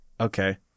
okay